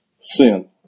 sin